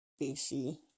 BC